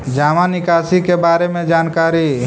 जामा निकासी के बारे में जानकारी?